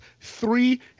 three